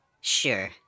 sure